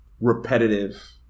repetitive